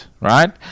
right